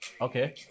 Okay